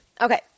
Okay